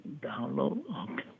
Download